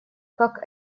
как